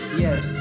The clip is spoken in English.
yes